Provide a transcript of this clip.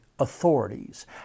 authorities